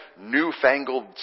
newfangled